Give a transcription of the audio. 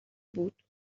بود